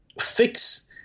fix